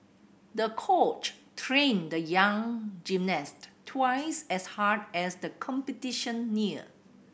the coach trained the young gymnast twice as hard as the competition neared